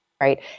Right